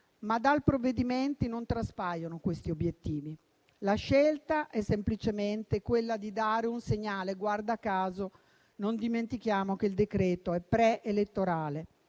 ma dal provvedimento non traspaiono questi obiettivi. La scelta è semplicemente quella di dare un segnale (non dimentichiamo che il decreto è pre-elettorale),